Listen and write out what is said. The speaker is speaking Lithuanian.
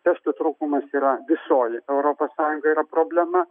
testų trūkumas yra visoj europos sąjungoj yra problema